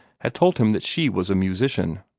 had told him that she was a musician!